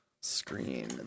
screen